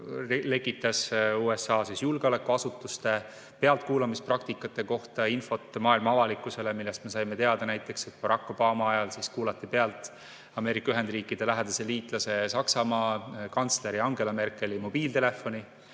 lekitas USA julgeolekuasutuste pealtkuulamispraktikate kohta infot maailma avalikkusele. Me saime teada näiteks, et Barack Obama ajal kuulati pealt Ameerika Ühendriikide lähedase liitlase Saksamaa kantsleri Angela Merkeli mobiiltelefoni,